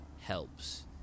helps